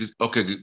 okay